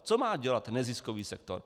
Co má dělat neziskový sektor?